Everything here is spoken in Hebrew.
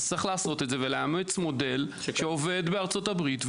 אז צריך לעשות את זה ולאמץ מודל שעובד בארצות-הברית.